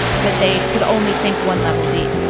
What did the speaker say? that they could only think one level deep.